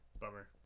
bummer